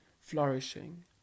flourishing